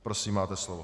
Prosím, máte slovo.